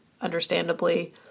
understandably